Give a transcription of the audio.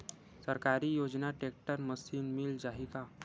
सरकारी योजना tractor machine मिल जाही का?